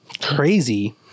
crazy